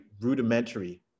rudimentary